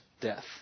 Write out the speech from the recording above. death